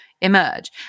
emerge